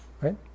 right